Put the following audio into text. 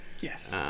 Yes